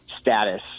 status